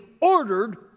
ordered